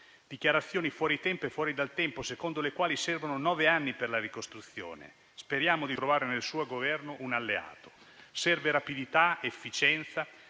dichiarazioni fuori tempo e fuori dal tempo, secondo le quali servono nove anni per la ricostruzione. Speriamo di trovare nel suo Governo un alleato. Servono rapidità ed efficienza,